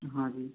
हाँ जी